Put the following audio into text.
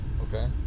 Okay